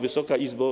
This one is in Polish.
Wysoka Izbo!